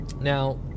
now